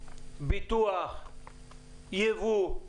ביטוח, יבוא,